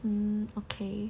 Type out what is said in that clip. um okay